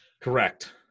Correct